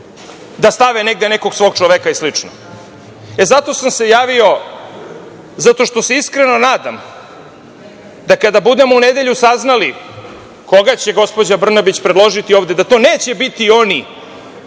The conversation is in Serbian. da stave negde nekog svog čoveka i slično. Zato sam se javio, zato što se iskreno nadama da kada budemo u nedelju saznali koga će gospođa Brnabić predložiti ovde, da to neće biti oni